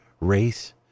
race